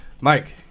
Mike